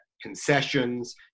concessions